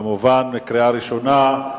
כמובן קריאה ראשונה.